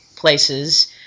places